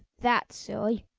that silly!